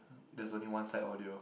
there's only one side audio